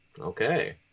Okay